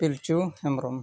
Pilchu Hembrom